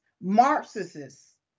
Marxists